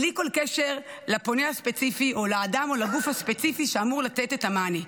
בלי כל קשר לפונה הספציפי או לאדם או לגוף הספציפי שאמור לתת מענה,